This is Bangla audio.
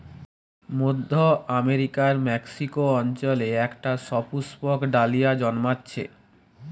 মধ্য আমেরিকার মেক্সিকো অঞ্চলে একটা সুপুষ্পক ডালিয়া জন্মাচ্ছে